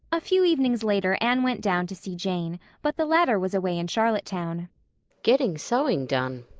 a few evenings later anne went down to see jane, but the latter was away in charlottetown getting sewing done,